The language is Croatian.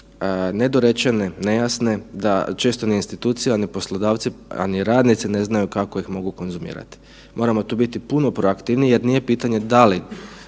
nedorečene, nejasne, da često ni institucija, ni poslodavci, a ni radnici ne znaju kako ih mogu konzumirati. Moramo tu biti puno proaktivniji jer nije pitanje da li